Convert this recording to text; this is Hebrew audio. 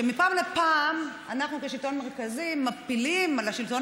שמפעם לפעם אנחנו כשלטון מרכזי מפילים על השלטון